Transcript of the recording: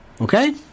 Okay